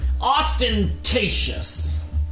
Ostentatious